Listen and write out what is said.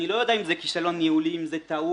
אני לא יודע אם זה כישלון ניהולי, אם זה טעות,